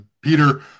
Peter